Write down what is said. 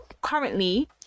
currently